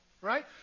right